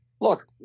look